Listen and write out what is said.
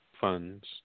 funds